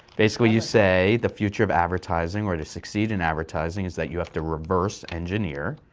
basically you say the future of advertising or to succeed in advertising is that you have to reverse engineer,